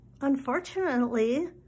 unfortunately